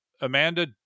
Amanda